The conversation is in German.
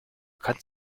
kannst